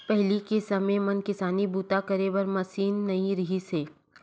पहिली के समे म किसानी बूता करे बर मसीन नइ रिहिस हे